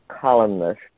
columnist